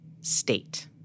state